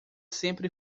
sempre